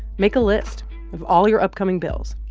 make a list of all your upcoming bills.